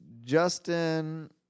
Justin